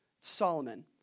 Solomon